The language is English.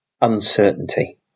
uncertainty